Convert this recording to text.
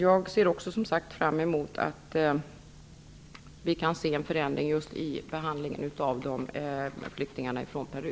Jag ser också fram emot att en förändring kan komma till stånd vad gäller behandlingen av flyktingarna från Peru.